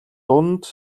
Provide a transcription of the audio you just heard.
дунд